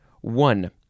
One